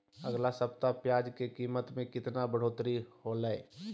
अगला सप्ताह प्याज के कीमत में कितना बढ़ोतरी होलाय?